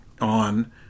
on